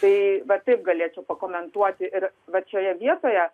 tai vat taip galėčiau pakomentuoti ir vat šioje vietoje